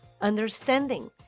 Understanding